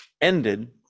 ended